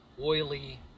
oily